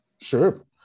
Sure